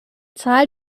zahl